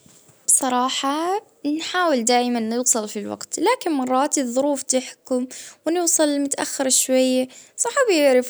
اه بالطبيعة نحب نكون مبكرة اه أما مرات ظروف تخلينا نتأخر شوية لكن